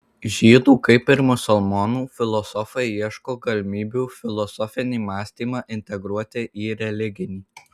žydų kaip ir musulmonų filosofai ieško galimybių filosofinį mąstymą integruoti į religinį